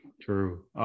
True